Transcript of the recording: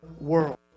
world